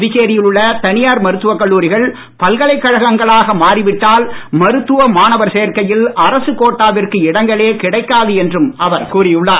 புதுச்சேரியில் உள்ள தனியார் மருத்துவக் கல்லூரிகள் பல்கலைக் கழகங்களாக மாறிவிட்டால் மருத்துவ மாணவர் சேர்க்கையில் அரசுக் கோட்டாவிற்கு இடங்களே கிடைக்காது என்றும் அவர் கூறியுள்ளார்